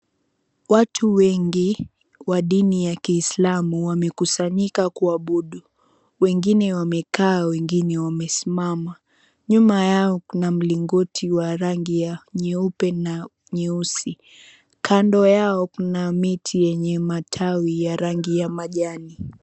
Watu wengi wa dini ya kiislamu wamekusanyika kuabudu wengine wamekaa wengine wamesimama nyuma yao kuna mlingoti wa rangi ya nyeupe na nyeusi, kando yao kuna miti yenye matawi ya rangi ya kijani.